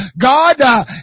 God